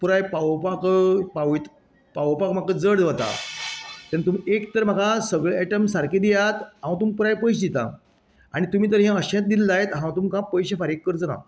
पुराय पावोवपाक पावयत पावोवपाक म्हाका जड वता तेन्ना तुमी एक तर म्हाका सगळे आयटम सारकें दियात हांव तुमकां पुराय पयशें दिता आनी तुमी तर अशें दिले जायत हांव तुमकां पयशें फारीक करचो ना